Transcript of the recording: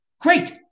great